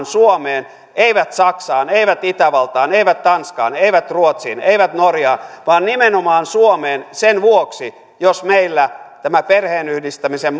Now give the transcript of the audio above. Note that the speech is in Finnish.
suomeen eivät saksaan eivät itävaltaan eivät tanskaan eivät ruotsiin eivät norjaan vaan nimenomaan suomeen sen vuoksi jos meillä tämä perheenyhdistämisen